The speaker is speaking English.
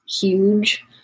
huge